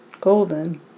Golden